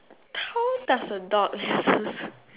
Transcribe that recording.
how does a dog